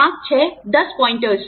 5 6 10 pointers